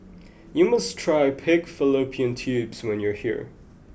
you must try pig fallopian tubes when you are here